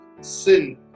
sin